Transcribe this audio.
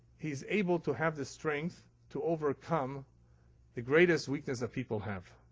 he is able to have the strength to overcome the greatest weakness that people have,